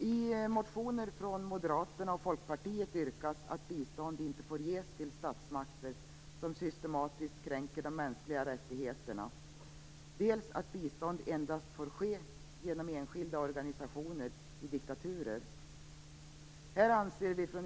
I motioner från Moderaterna och Folkpartiet yrkas dels att bistånd inte får ges till statsmakter som systematiskt kränker de mänskliga rättigheterna, dels att bistånd endast får ges via enskilda organisationer i diktaturer.